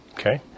Okay